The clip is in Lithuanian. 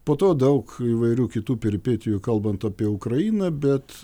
po to daug įvairių kitų peripetijų kalbant apie ukrainą bet